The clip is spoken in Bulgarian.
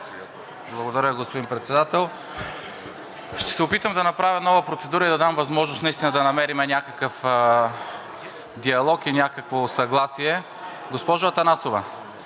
Благодаря, господин Председател. Ще се опитам да направя нова процедура и да дам възможност наистина да намерим някакъв диалог и някакво съгласие. Госпожо Атанасова,